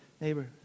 Neighbor